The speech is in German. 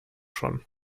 schon